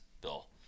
Bill